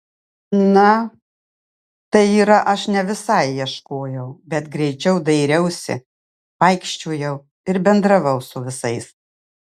na tai yra aš ne visai ieškojau bet greičiau dairiausi vaikščiojau ir bendravau su visais